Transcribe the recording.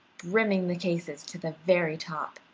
brimming the cases to the very top.